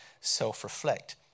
self-reflect